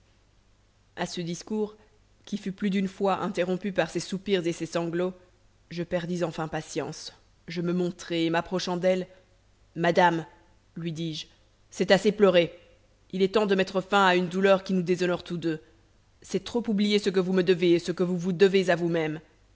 à ce discours qui fut plus d'une fois interrompu par ses soupirs et ses sanglots je perdis enfin patience je me montrai et m'approchant d'elle madame lui dis-je c'est assez pleurer il est temps de mettre fin à une douleur qui nous déshonore tous deux c'est trop oublier ce que vous me devez et ce que vous vous devez à vous-même